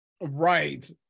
Right